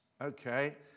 Okay